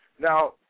Now